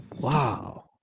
Wow